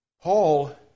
Paul